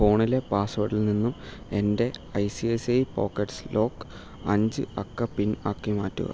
ഫോണിലെ പാസ്വേഡിൽ നിന്നും എൻ്റെ I C I C I pockets lock അഞ്ച് അക്ക പിൻ ആക്കി മാറ്റുക